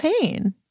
pain